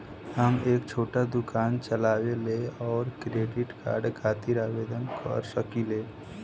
हम एक छोटा दुकान चलवइले और क्रेडिट कार्ड खातिर आवेदन कर सकिले?